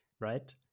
Right